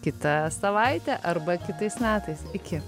kitą savaitę arba kitais metais iki